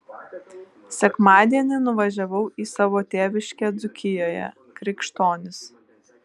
sekmadienį nuvažiavau į savo tėviškę dzūkijoje krikštonis